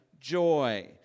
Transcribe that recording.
joy